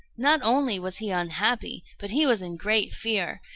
not only was he unhappy, but he was in great fear,